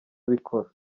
abikora